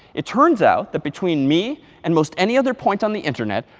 it turns out that between me and most any other point on the internet,